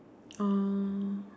oh